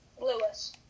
Lewis